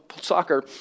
soccer